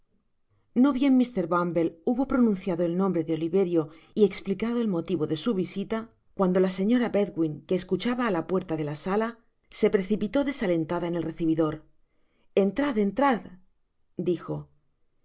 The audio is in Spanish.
no bien mr bumble hubo pronunciado el nombre de oliverio y esplicado el motivo de su visita cuando la señora bedwin que escuchaba á la puerta de la sala se precipitó desalentada en el recibidor entrad entrad dijo